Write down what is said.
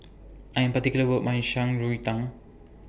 I Am particular about My Shan Rui Tang